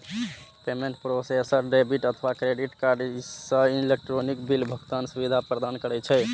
payment processor debit अथवा credit card सं electronic bill भुगतानक सुविधा प्रदान करै छै